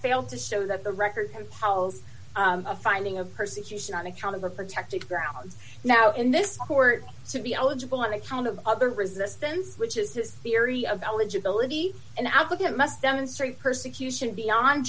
failed to show that the record palls a finding of persecution on account of the protected grounds now in this court to be eligible on account of other resistance which is his theory of eligibility an applicant must demonstrate persecution beyond